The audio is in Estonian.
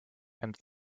ent